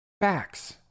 Facts